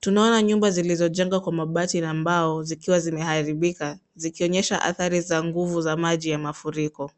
Tunaona nyumba zilizojengwa kwa mabati na mbao zikiwa zimeharibika zikionyesha athari za nguvu za maji ya mafuriko.